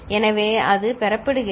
எனவே அது 0 பெறுகிறது